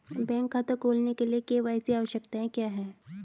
Bank खाता खोलने के लिए के.वाई.सी आवश्यकताएं क्या हैं?